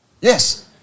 Yes